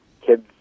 kids